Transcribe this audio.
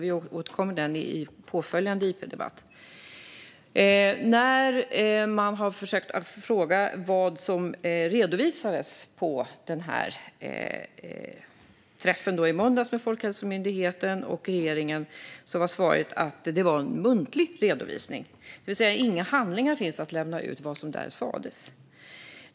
Vi återkommer till detta i påföljande interpellationsdebatt. Vid pressträffen med Folkhälsomyndigheten och regeringen i måndags var det en muntlig redovisning, det vill säga att det inte finns några handlingar att lämna ut om vad som där sas.